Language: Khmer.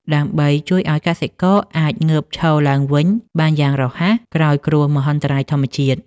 ដើម្បីជួយឱ្យកសិករអាចងើបឈរឡើងវិញបានយ៉ាងរហ័សក្រោយគ្រោះមហន្តរាយធម្មជាតិ។